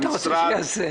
מה אתה רוצה שיעשה?